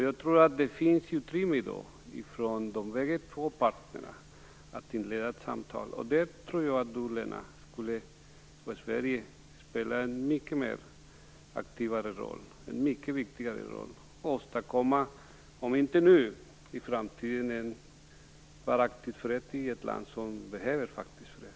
Jag tror att det finns utrymme i dag, hos båda parter, att inleda ett samtal, och där tror jag att Lena Hjelm-Wallén och Sverige skulle kunna spela en mycket mera aktiv roll för att åstadkomma, om inte nu så i framtiden, en varaktig fred i ett land som behöver fred.